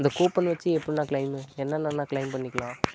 அந்த கூப்பன் வச்சு எப்படியண்ணா கிளைம்மு என்னென்னண்ணா கிளைம் பண்ணிக்கலாம்